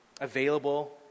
available